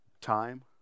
time